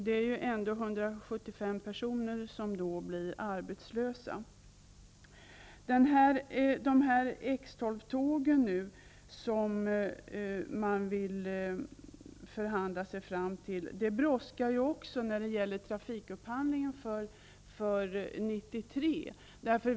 Det är 175 personer som då blir arbetslösa. När det gäller trafikupphandlingen för 1993 brådskar också förhandlingarna om X 12-tågen.